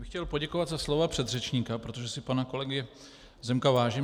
Chtěl bych poděkovat za slova předřečníka, protože si pana kolegy Zemka vážím.